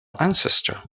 ancestor